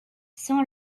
sans